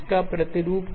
इसका प्रतिरूप क्या है